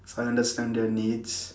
cause I understand their needs